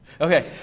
Okay